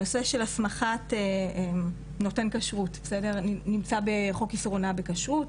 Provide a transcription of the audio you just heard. הנושא של הסמכת נותן כשרות נמצא בחוק איסור הונאה בכשרות,